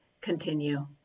continue